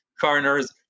foreigners